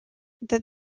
that